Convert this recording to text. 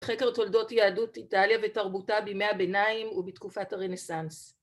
חקר תולדות יהדות איטליה ותרבותה בימי הביניים ובתקופת הרנסנס